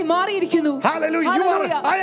Hallelujah